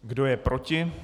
Kdo je proti?